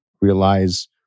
realize